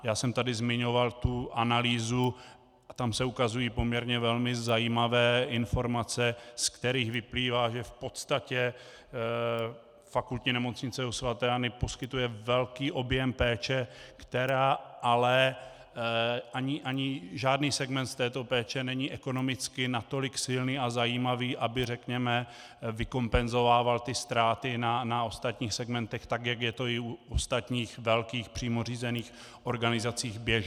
Já jsem tady zmiňoval tu analýzu a tam se ukazují velmi zajímavé informace, z kterých vyplývá, že v podstatě Fakultní nemocnice u sv. Anny poskytuje velký objem péče, kde žádný segment z této péče není ekonomicky natolik silný a zajímavý, aby řekněme vykompenzovával ztráty na ostatních segmentech tak, jak je to u ostatních velkých přímo řízených organizací běžné.